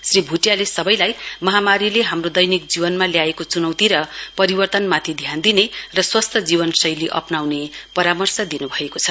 श्री भुटियाले सबैलाई महामारीले हाम्रो दैनिक जीवनमा ल्याएको चुनौती र परिवर्तनमाथि ध्यान दिने र स्वस्थ जीवन शैली अप्नाउने परामर्श दिन्भएको छ